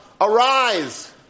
arise